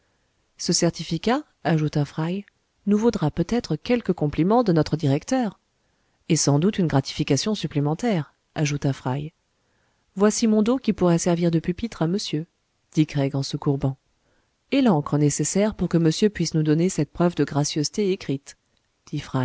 ce certificat ajouta fry nous vaudra peut-être quelque compliment de notre directeur et sans doute une gratification supplémentaire ajouta fry voici mon dos qui pourrait servir de pupitre à monsieur dit craig en se courbant et l'encre nécessaire pour que monsieur puisse nous donner cette preuve de gracieuseté écrite